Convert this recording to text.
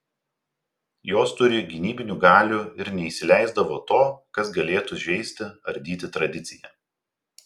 jos turi gynybinių galių ir neįsileisdavo to kas galėtų žeisti ardyti tradiciją